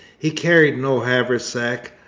he carried no haversack,